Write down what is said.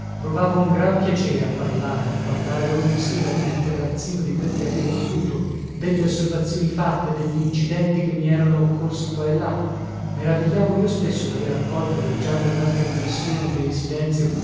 provavo un gran piacere a parlare a parlare ogni sera lì nel terrazzino di quel che avevo veduto delle osservazioni fatte degli incidenti che mi erano occorsi qua e là meravigliavo io stesso davere accolto viaggiando tante impressioni che il silenzio